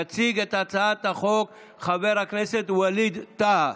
יציג את הצעת החוק חבר הכנסת ווליד טאהא,